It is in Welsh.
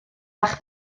fach